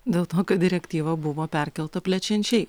dėl to kad direktyva buvo perkelta plečiančiai